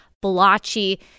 blotchy